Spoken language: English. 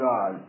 God